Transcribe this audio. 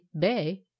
bay